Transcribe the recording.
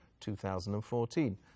2014